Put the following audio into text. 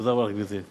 תודה רבה, גברתי.